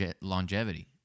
longevity